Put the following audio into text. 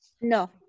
No